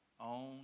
Own